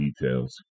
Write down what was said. details